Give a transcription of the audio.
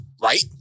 right